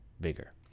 bigger